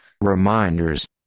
Reminders